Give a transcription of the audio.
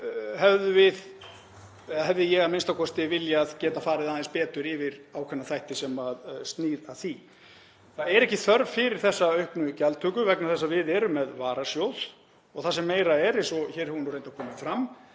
hefði ég a.m.k. viljað geta farið aðeins betur yfir ákveðna þætti sem snúa að því. Það er ekki þörf fyrir þessa auknu gjaldtöku vegna þess að við erum með varasjóð og það sem meira er, eins og hér hefur reyndar komið fram,